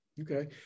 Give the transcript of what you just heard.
okay